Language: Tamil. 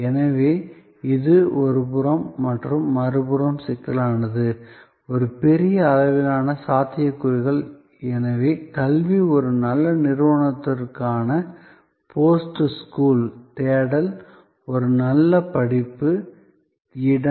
எனவே இது ஒரு புறம் மற்றும் மறுபுறம் சிக்கலானது ஒரு பெரிய அளவிலான சாத்தியக்கூறுகள் எனவே கல்வி ஒரு நல்ல நிறுவனத்திற்கான போஸ்ட் ஸ்கூல் தேடல் ஒரு நல்ல படிப்பு இடம்